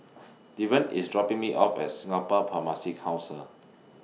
Deven IS dropping Me off At Singapore Pharmacy Council